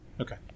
Okay